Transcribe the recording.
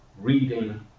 reading